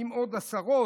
ועם עוד עשרות,